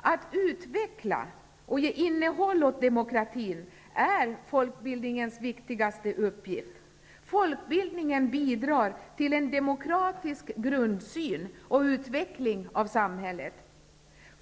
Att utveckla och ge innehåll åt demokratin är folkbildningens viktigaste uppgift. Folkbildningen bidrar till en demokratisk grundsyn och till utvecklingen av samhället.